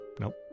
Nope